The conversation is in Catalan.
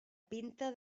pinta